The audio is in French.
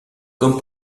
comme